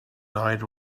night